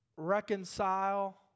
Reconcile